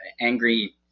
angry